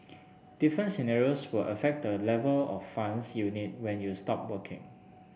different scenarios will affect the level of funds you need when you stop working